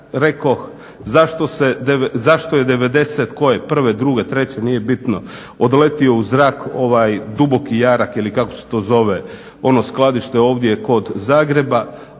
rekoh zašto je devedeset, koje, prve, druge, treće, nije bitno, odletio u zrak Duboki jarak ili kako se to zove ono skladište ovdje kod Zagreba,